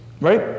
right